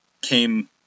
came